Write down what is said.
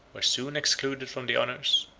were soon excluded from the honors,